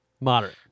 moderate